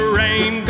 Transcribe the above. rain